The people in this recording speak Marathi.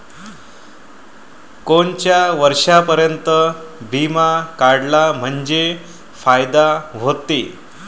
कोनच्या वर्षापर्यंत बिमा काढला म्हंजे फायदा व्हते?